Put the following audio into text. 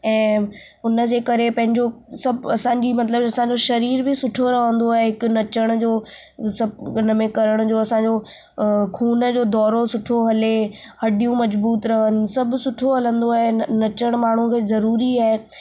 ऐं उन जे करे पंहिंजो सभु असांजी मतलबु असांजो शरीरु बि सुठो रहंदो आहे हिकु नचण जो सभु उन में करण जो असांजो ख़ून जो दौरो सुठो हले हॾियूं मज़बूत रहनि सभु सुठो हलंदो आहे नचणु माण्हू खे ज़रूरी आहे